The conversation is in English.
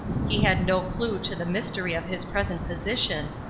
he had no clue to the mystery of his present position,